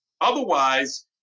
Otherwise